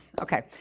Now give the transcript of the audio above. Okay